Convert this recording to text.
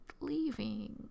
leaving